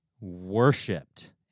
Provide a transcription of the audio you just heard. worshipped